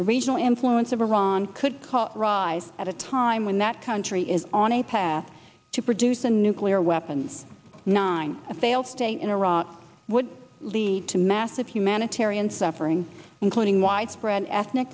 the regional influence of iran could rise at a time when that country is on a path to produce a nuclear weapons nine a failed state in iraq would lead to massive humanitarian suffering including widespread ethnic